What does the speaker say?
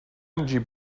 جیب